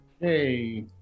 Hey